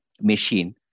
machine